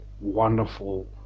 wonderful